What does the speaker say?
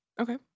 Okay